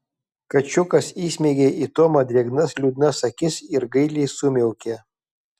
kačiukas įsmeigė į tomą drėgnas liūdnas akis ir gailiai sumiaukė